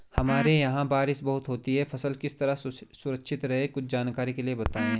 हमारे यहाँ बारिश बहुत होती है फसल किस तरह सुरक्षित रहे कुछ जानकारी के लिए बताएँ?